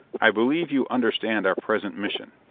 i believe you understand our present mission.